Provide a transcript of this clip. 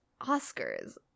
Oscars